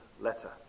letter